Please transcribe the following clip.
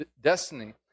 destiny